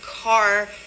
car